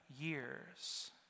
years